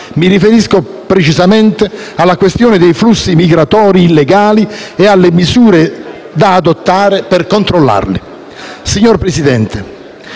Mi riferisco precisamente alla questione dei flussi migratori illegali e alle misure da adottare per controllarli. Signor Presidente,